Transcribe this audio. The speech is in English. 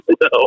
No